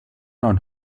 not